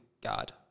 God